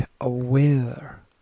aware